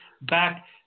back